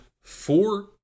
four